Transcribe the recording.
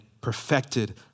perfected